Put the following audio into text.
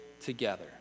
together